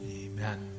Amen